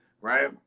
right